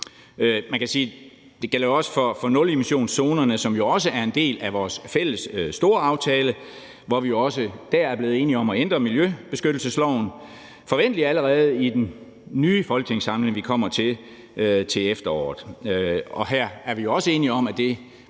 nået til. Det gælder også for nulemissionszonerne, som jo også er en del af vores fælles storaftale, hvor vi også der er blevet enige om at ændre miljøbeskyttelsesloven, forventelig allerede i den nye folketingssamling, vi kommer til til efteråret. Her er vi også enige om, at